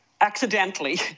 accidentally